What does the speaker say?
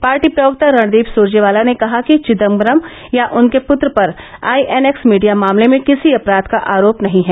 party प्रवक्ता रणदीप सुरजेवाला ने कहा कि चिदम्बरम या उनके पृत्र पर आई एन एक्स मीडिया मामले में किसी अपराध का आरोप नहीं है